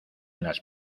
las